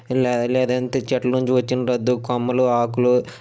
ఇలా లేదంటే చెట్ల నుంచి వచ్చిన రొద్దు కొమ్మలు ఆకులు